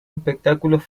espectáculos